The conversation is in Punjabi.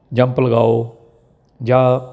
ਜੰਪ ਲਗਾਓ ਜਾਂ